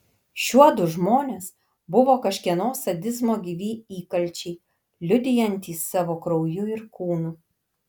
šiuodu žmonės buvo kažkieno sadizmo gyvi įkalčiai liudijantys savo krauju ir kūnu